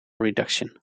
reduction